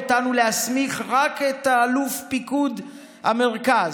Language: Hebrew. אותנו להסמיך את אלוף פיקוד המרכז,